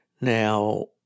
Now